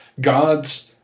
gods